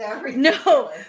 No